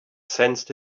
sensed